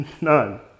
None